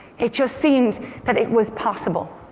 it just seemed that it was possible.